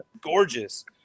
gorgeous